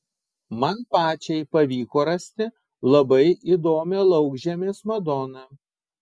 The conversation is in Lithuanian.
man pačiai pavyko rasti labai įdomią laukžemės madoną